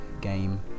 game